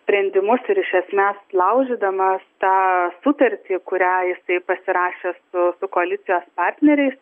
sprendimus ir iš esmės laužydamas tą sutartį kurią jisai pasirašė su su koalicijos partneriais